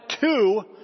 two